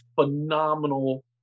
phenomenal